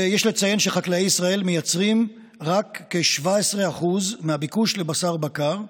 יש לציין שחקלאי ישראל מייצרים רק כ-17% מהביקוש לבשר בקר.